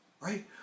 right